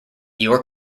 york